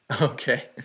Okay